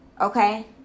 okay